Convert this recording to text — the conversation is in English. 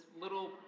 little